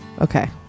Okay